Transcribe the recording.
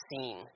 seen